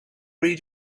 read